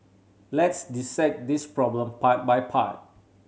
let's dissect this problem part by part